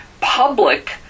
public